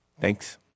Thanks